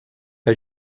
que